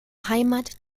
heimat